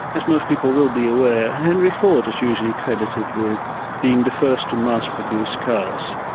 as most people will be aware, henry ford is usually credited with being the first to mass produce cars.